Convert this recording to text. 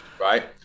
right